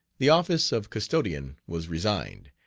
the office of custodian was resigned,